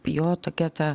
jo tokia ta